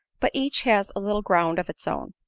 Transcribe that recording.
but each has a little ground of its own.